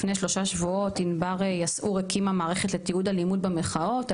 לפני שלושה שבועות ענבר יסעור הקימה מערכת לתיעוד אלימות במחאות,